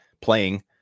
playing –